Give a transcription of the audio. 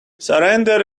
surrender